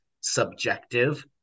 subjective